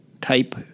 type